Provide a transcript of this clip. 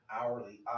hourly